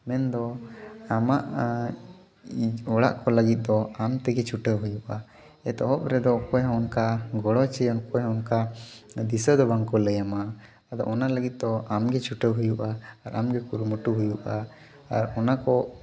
ᱢᱮᱱᱫᱚ ᱟᱢᱟᱜ ᱤᱧ ᱚᱲᱟᱜ ᱠᱚ ᱞᱟᱹᱜᱤᱫ ᱫᱚ ᱟᱢ ᱛᱮᱜᱮ ᱪᱷᱩᱴᱟᱹᱣ ᱦᱩᱭᱩᱜᱼᱟ ᱮᱛᱚᱦᱚᱵ ᱨᱮᱫᱚ ᱚᱠᱚᱭ ᱦᱚᱸ ᱚᱱᱠᱟ ᱜᱚᱲᱚ ᱪᱮ ᱚᱠᱚᱭ ᱦᱚᱸ ᱚᱱᱠᱟ ᱫᱤᱥᱟᱹ ᱫᱚ ᱵᱟᱝᱠᱚ ᱞᱟᱹᱭᱟᱢᱟ ᱟᱫᱚ ᱚᱱᱟ ᱞᱟᱜᱤᱫ ᱫᱚ ᱟᱢᱜᱮ ᱪᱷᱩᱴᱟᱹᱣ ᱦᱩᱭᱩᱜᱼᱟ ᱟᱨ ᱟᱢᱜᱮ ᱠᱩᱨᱩᱢᱩᱴᱩ ᱦᱩᱭᱩᱜᱼᱟ ᱟᱨ ᱚᱱᱟ ᱠᱚ